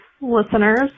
listeners